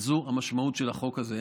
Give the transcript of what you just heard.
וזו המשמעות של החוק הזה,